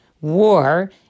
war